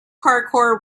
parkour